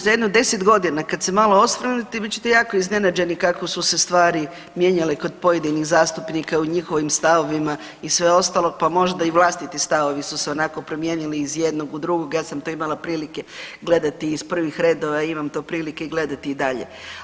Pa g. Zekanović, za jedno 10 godina kad se malo osvrnete, bit ćete jako iznenađeni kako su se stvari mijenjale kod pojedinih zastupnika u njihovim stavovima i sve ostalo, pa možda i vlastiti stavovi su se onako promijenili iz jednog u drugog, ja sam to imala prilike gledati iz prvih redova i imam to prilike gledati i dalje.